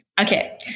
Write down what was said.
Okay